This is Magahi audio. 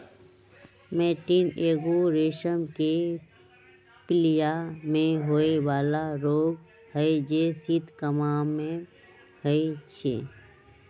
मैटीन एगो रेशम के पिलूआ में होय बला रोग हई जे शीत काममे होइ छइ